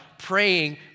praying